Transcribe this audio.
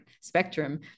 spectrum